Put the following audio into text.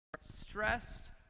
stressed